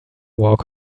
walk